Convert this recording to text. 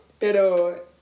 Pero